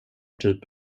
typ